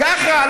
ככה.